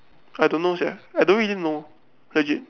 I don't know sia I don't really know legit